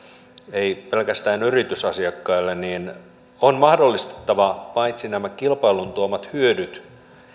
ei pelkästään yritysasiakkaille on mahdollistettava paitsi nämä kilpailun tuomat hyödyt